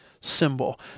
symbol